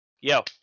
Yo